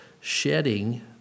shedding